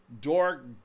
dork